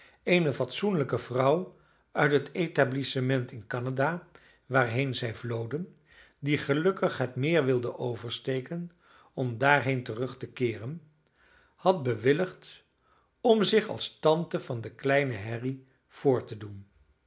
eene fatsoenlijke vrouw uit het etablissement in canada waarheen zij vloden die gelukkig het meer wilde oversteken om daarheen terug te keeren had bewilligd om zich als tante van den kleinen harry voor te doen